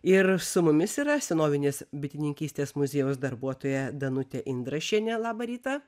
ir su mumis yra senovinės bitininkystės muziejaus darbuotoja danutė indrašienė labą rytą